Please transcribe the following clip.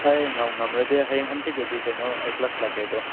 ꯑꯩ ꯉꯝꯂꯗꯤ ꯍꯌꯦꯡ ꯍꯪꯆꯤꯠꯀꯗꯤ ꯀꯩꯅꯣ ꯑꯩ ꯀ꯭ꯂꯥꯁ ꯂꯥꯛꯀꯦ ꯑꯗꯣ